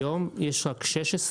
היום יש רק 16,